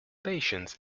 patience